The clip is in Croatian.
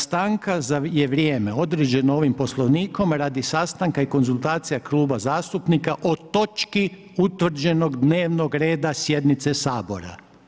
Stanka je vrijeme određeno ovim poslovnikom radi sastanka i konzultacija kluba zastupnika o točci utvrđenog dnevnog reda sjednica sabora.